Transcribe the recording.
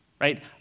right